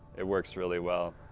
it works really well.